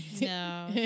No